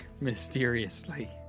Mysteriously